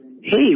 Hey